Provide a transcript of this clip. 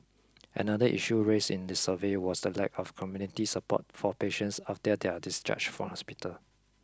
another issue raised in the survey was the lack of community support for patients after their discharge from hospital